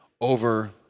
over